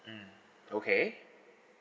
mm okay